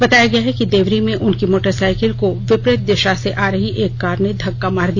बताया गया है कि देवरी में उनकी मोटरसाइकिल को विपरीत दिशा से आ रही एक कार ने धक्का मार दिया